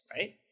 right